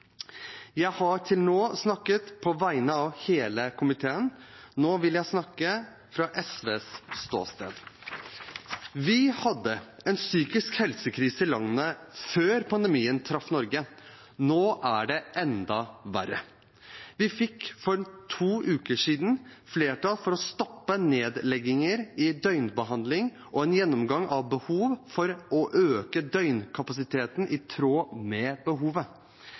Jeg har til nå snakket på vegne av hele komiteen. Nå vil jeg snakke fra SVs ståsted. Vi hadde en psykisk helse-krise i landet før pandemien traff Norge. Nå er det enda verre. Vi fikk for to uker siden flertall for å stoppe nedlegginger i døgnbehandling og en gjennomgang av behov for å øke døgnkapasiteten i tråd med behovet.